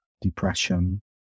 depression